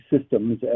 systems